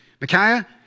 Micaiah